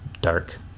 dark